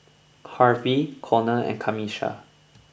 Harvy Conor and Camisha